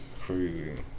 Crazy